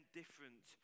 different